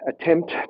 attempt